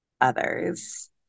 others